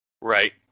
Right